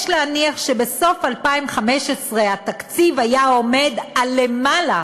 יש להניח שבסוף 2015 התקציב היה עומד על למעלה